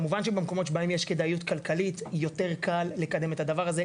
כמובן שבמקומות שבהם יש כדאיות כלכלית יותר קל לקדם את הדבר הזה.